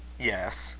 yes,